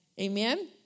amen